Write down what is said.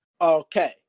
Okay